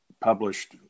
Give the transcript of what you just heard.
published